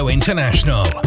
International